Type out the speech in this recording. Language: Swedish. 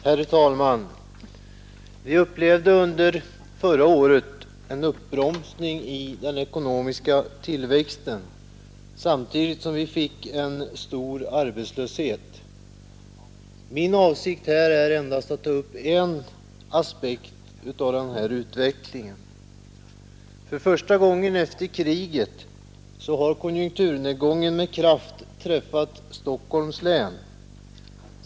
Herr talman! Vi upplevde under förra året en uppbromsning i den ekonomiska tillväxten, samtidigt som vi fick stor arbetslöshet. Min avsikt nu är endast att ta upp en aspekt på den utvecklingen. För första gången efter kriget har konjunkturnedgången med kraft träffat Stockholms län.